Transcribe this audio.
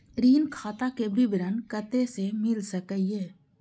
ऋण खाता के विवरण कते से मिल सकै ये?